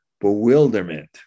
bewilderment